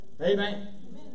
Amen